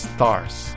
Stars